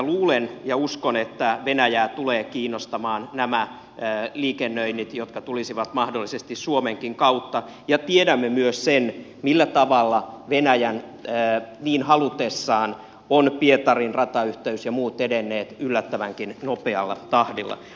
luulen ja uskon että venäjää tulevat kiinnostamaan nämä liikennöinnit jotka tulisivat mahdollisesti suomenkin kautta ja tiedämme myös sen millä tavalla venäjän niin halutessa ovat pietarin ratayhteys ja muut edenneet yllättävänkin nopealla tahdilla